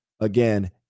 Again